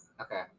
Okay